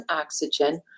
oxygen